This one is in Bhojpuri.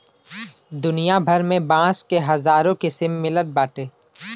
दुनिया भर में बांस क हजारो किसिम मिलत बाटे